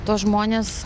tuos žmones